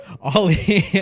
Ollie